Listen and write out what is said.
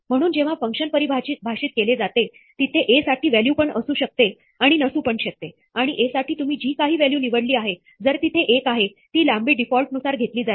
म्हणून जेव्हा फंक्शन परिभाषित केले जाते तिथे A साठी व्हॅल्यू असू पण शकते आणि नसू पण शकते आणि A साठी तुम्ही जी काही व्हॅल्यू निवडली आहे जर तिथे एक आहे ती लांबी डिफॉल्ट नुसार घेतली जाईल